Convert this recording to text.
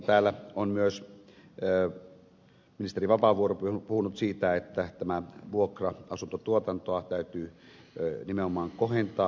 täällä on myös ministeri vapaavuori puhunut siitä että vuokra asuntotuotantoa täytyy nimenomaan kohentaa